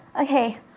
Okay